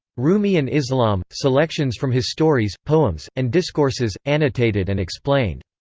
rumi and islam selections from his stories, poems, and discourses, annotated and explained.